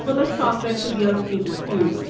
let's talk, then, to the other speakers, too.